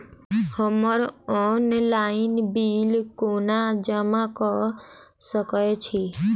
हम्मर online bill कोना जमा कऽ सकय छी?